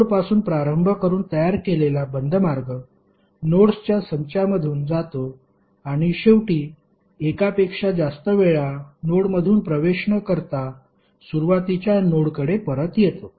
नोडपासून प्रारंभ करून तयार केलेला बंद मार्ग नोड्सच्या संचामधून जातो आणि शेवटी एकापेक्षा जास्त वेळा नोडमधून प्रवेश न करता सुरुवातीच्या नोडकडे परत येतो